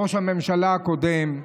ראש הממשלה הקודם,